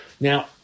Now